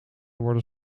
worden